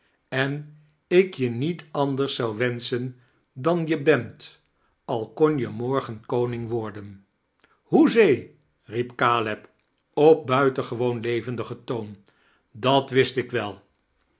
en ik je niet anders zou wenschen dan je bent al kon je morgen koning worden hoezee riep caleb op buiteingwoon levendigen toon dat wist ik wel